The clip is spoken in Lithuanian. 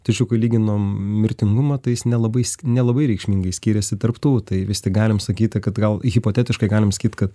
tačiau kai lyginam mirtingumą tai jis nelabai nelabai reikšmingai skyrėsi tarp tų tai vis tik galim sakyti kad gal hipotetiškai galim sakyt kad